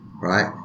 Right